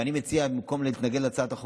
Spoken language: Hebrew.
ואני מציע שבמקום להתנגד להצעת החוק